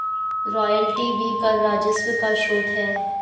royalty भी कर राजस्व का स्रोत है